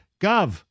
Gov